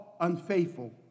unfaithful